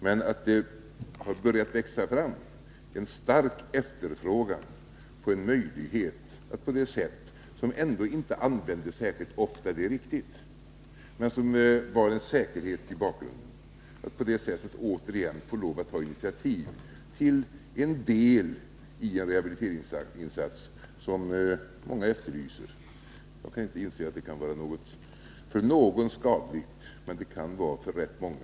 Det står klart att det har börjat växa fram en stark efterfrågan på att få ta 23 initiativ till vissa rehabiliteringsinsatser. Dessa används visserligen inte särskilt ofta men de kan ändå utgöra en säkerhet. Åtskilliga efterlyser också dessa insatser, och jag kan inte inse att de kan vara till skada för någon, men väl till nytta för ganska många.